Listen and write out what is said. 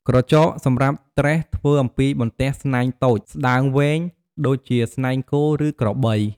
ក្រចកសម្រាប់ត្រេះធ្វើអំពីបន្ទះស្នែងតូច ស្ដើងវែង ដូចជាស្នែងគោ ឬក្របី។